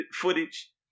footage